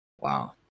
Wow